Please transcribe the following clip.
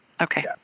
okay